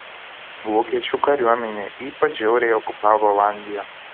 vokiečių kariuomenė ypač žiauriai okupavo olandiją